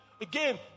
Again